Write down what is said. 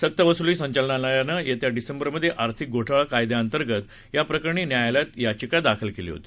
सक्तवसूली संचालनालयानं गेल्या डिसेम्बरमध्ये आर्थिक घोटाळा कायद्या अंतर्गत या प्रकरणी न्यायालयात याचिका दाखल केली होती